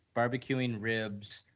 barbecuing ribs,